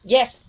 Yes